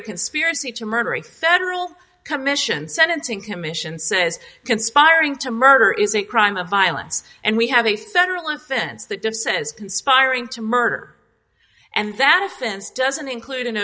a conspiracy to murder a federal commission sentencing commission says conspiring to murder is a crime of violence and we have a central offense that gives says conspiring to murder and that offense doesn't include